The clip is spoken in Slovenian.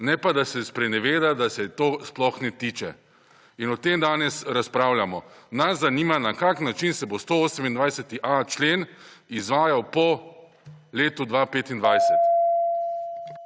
Ne pa, da se spreneveda, da se to sploh ne tiče. In o tem danes razpravljamo. Nas zanima na kakšen način se bo 128.a člen izvajal po letu 2025.